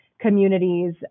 communities